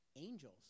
angels